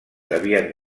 havien